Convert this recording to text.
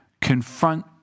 confront